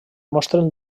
mostren